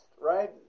right